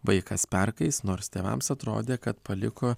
vaikas perkais nors tėvams atrodė kad paliko